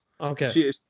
Okay